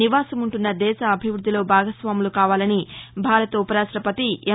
నివాసముంటున్న దేశ అభివ్బద్దిలో భాగస్వాములు కావాలని భారత ఉపరాష్షపతి ఎం